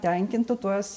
tenkintų tuos